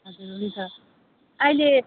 हजुर हुन्छ अहिले